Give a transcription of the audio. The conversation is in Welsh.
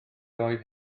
oedd